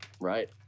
right